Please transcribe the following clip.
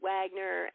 Wagner